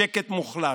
שקט מוחלט.